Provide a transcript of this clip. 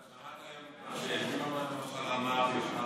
אתה שמעת היום את מה שליברמן, למשל,